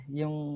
yung